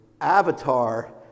Avatar